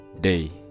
day